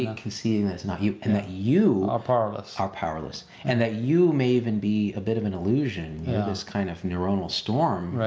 and conceding that it's not you, and that you are powerless. are powerless, and that you may even be a bit of an illusion in this kind of neuronal storm.